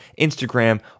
Instagram